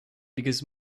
because